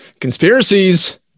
Conspiracies